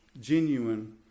genuine